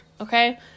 okay